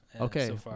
okay